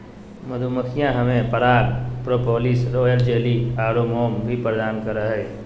मधुमक्खियां हमें पराग, प्रोपोलिस, रॉयल जेली आरो मोम भी प्रदान करो हइ